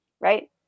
right